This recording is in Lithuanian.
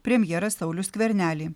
premjerą saulių skvernelį